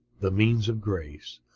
the means of grace.